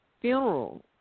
funeral